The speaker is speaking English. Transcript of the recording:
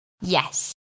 Yes